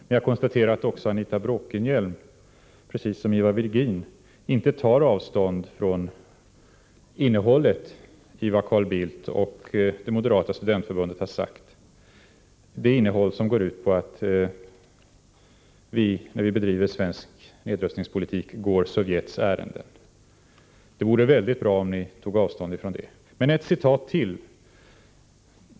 Men jag konstaterar att Anita Bråkenhielm, precis som Ivar Virgin, inte tar avstånd från innehållet i vad Carl Bildt och det moderata studentförbundet har sagt och som går ut på att vi, när vi bedriver svensk nedrustningspolitik, går Sovjets ärenden. Det vore väldigt bra om ni tog avstånd från detta. Men låt mig anföra ett citat till.